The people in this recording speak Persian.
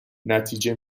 نتیجه